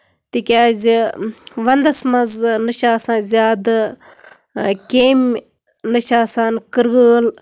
تِکیازِ وَندَس منٛز نہ چھُ آسان زیادٕ کیمۍ نہ چھُ آسان کرۭل